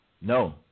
No